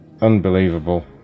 Unbelievable